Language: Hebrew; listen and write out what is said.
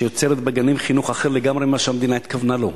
שיוצרת בגנים חינוך אחר לגמרי ממה שהמדינה התכוונה לו.